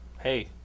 hey